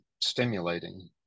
stimulating